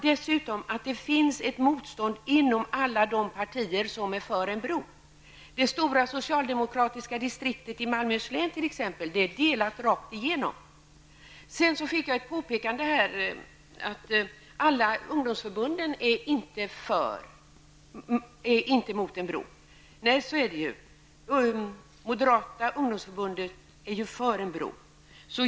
Dessutom finns det ett motstånd inom alla de partier som är för en bro. Det stora socialdemokratiska distriktet i Malmöhus län är t.ex. delat rakt igenom. Det påpekades för mig här att alla ungdomsförbunden inte är emot en bro. Nej, så är det ju. Moderata ungdomsförbundet är för en bro.